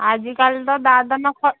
ଆଜିକାଲି ତ ଦାଦନ ଖ